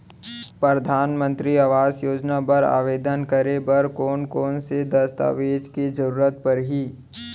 परधानमंतरी आवास योजना बर आवेदन करे बर कोन कोन से दस्तावेज के जरूरत परही?